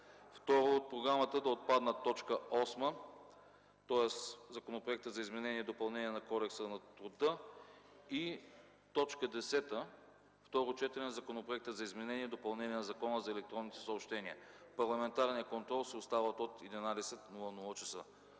ч.; - от програмата да отпадне т. 8, тоест Законопроекта за изменение и допълнение на Кодекса на труда; - точка 10 – второ четене на Законопроекта за изменение и допълнение на Закона за електронните съобщения; - парламентарният контрол е от 11,00 ч.